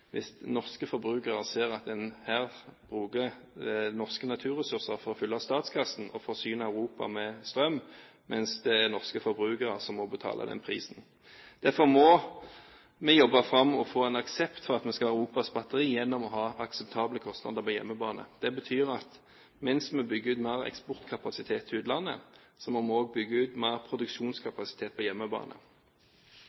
hvis norske forbrukere ser at en her bruker norske naturressurser for å fylle statskassen og forsyne Europa med strøm, mens det er norske forbrukere som må betale prisen. Derfor må vi jobbe fram og få en aksept for at vi skal ha Europas batteri gjennom å ha akseptable kostnader på hjemmebane. Det betyr at mens vi bygger ut mer eksportkapasitet til utlandet, må vi også bygge ut mer